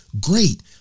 great